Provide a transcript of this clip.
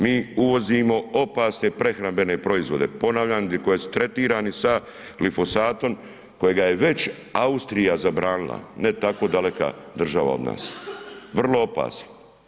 Mi uvozimo opasne prehrambene proizvode, ponavljam koji su tretirani sa glifosatom kojega je već Austrija zabranila, ne tako daleka država od nas, vrlo opasan.